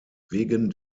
wegen